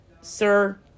Sir